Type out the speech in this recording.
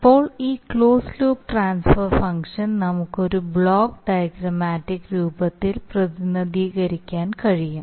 ഇപ്പോൾ ഈ closed loop transfer function നമുക്ക് ഒരു ബ്ലോക്ക് ഡയഗ്രമാറ്റിക് രൂപത്തിൽ പ്രതിനിധീകരിക്കാൻ കഴിയും